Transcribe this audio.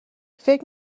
فکر